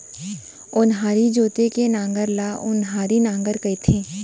ओन्हारी जोते के नांगर ल ओन्हारी नांगर कथें